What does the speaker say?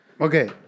Okay